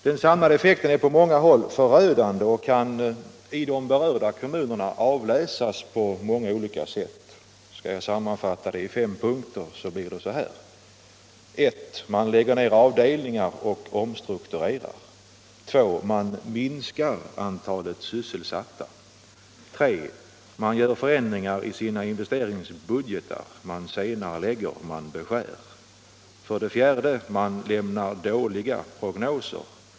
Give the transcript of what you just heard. Den samlade effekten är på många håll förödande och kan i de berörda kommunerna avläsas på många olika sätt. Skall jag sammanfatta i fem punkter blir det så här: 1. Man lägger ned avdelningar och omstrukturerar. 2. Man minskar antalet sysselsatta. 3. Man gör förändringar i sina investeringsbudgetar, man senarelägger och beskär. 4. Man lämnar dåliga prognoser.